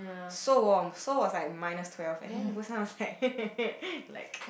so warm Seoul was like minus twelve and then Busan was like like